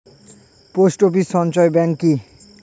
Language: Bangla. পোস্ট অফিস সঞ্চয় ব্যাংক কি?